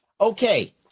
okay